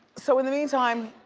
so in the meantime,